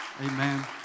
Amen